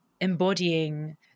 embodying